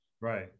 right